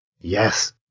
Yes